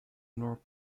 ignore